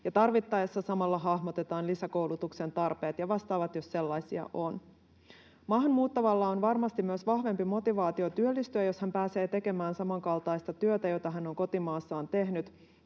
tarvittaessa samalla hahmotetaan lisäkoulutuksen tarpeet ja vastaavat, jos sellaisia on. Maahan muuttavalla on varmasti myös vahvempi motivaatio työllistyä, jos hän pääsee tekemään samankaltaista työtä, jota hän on kotimaassaan tehnyt